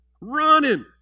running